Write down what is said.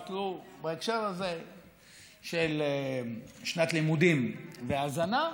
בהקשר הזה של שנת לימודים והזנה,